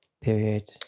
period